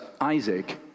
Isaac